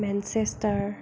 Manchester